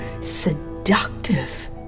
seductive